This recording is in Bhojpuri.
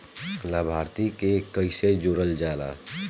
लभार्थी के कइसे जोड़ल जाला?